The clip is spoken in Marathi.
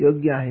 योग्य आहे